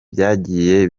byagiye